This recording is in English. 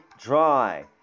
dry